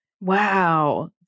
Wow